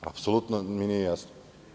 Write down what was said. Apsolutno mi nije jasno.